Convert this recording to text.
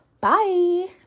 Bye